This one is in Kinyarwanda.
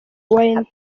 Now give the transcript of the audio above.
wine